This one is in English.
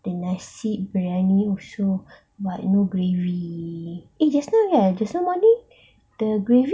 the nasi briyani also but no gravy eh just now just now morning the gravy